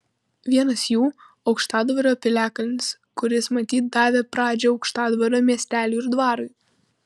vienas jų aukštadvario piliakalnis kuris matyt davė pradžią aukštadvario miesteliui ir dvarui